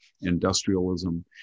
industrialism